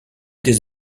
des